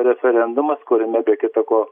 referendumas kuriame be kita ko